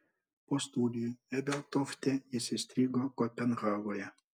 po studijų ebeltofte jis įstrigo kopenhagoje